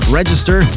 register